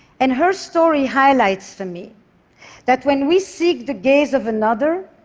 and her story highlights for me that when we seek the gaze of another,